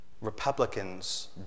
Republicans